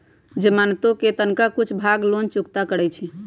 जमानती कें तनका कुछे भाग लोन चुक्ता करै छइ